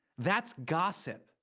that's gossip.